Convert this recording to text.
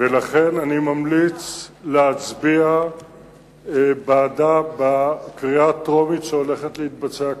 לכן אני ממליץ להצביע בעדה בקריאה הטרומית שהולכת להתבצע כרגע.